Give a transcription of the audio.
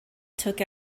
took